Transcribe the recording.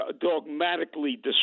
dogmatically